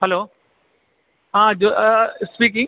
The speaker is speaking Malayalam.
ഹലോ ആ സ്പീക്കിങ്